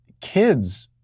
kids